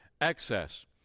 excess